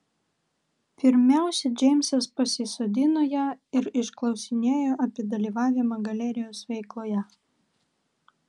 pirmiausia džeimsas pasisodino ją ir išklausinėjo apie dalyvavimą galerijos veikloje